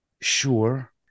Sure